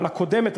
אבל הקודמת,